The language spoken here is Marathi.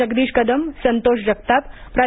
जगदीश कदम संतोष जगताप प्रा